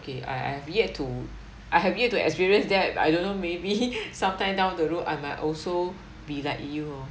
okay I I've yet to I have yet to experience that I don't know maybe sometime down the road I might also be like you orh